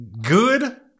good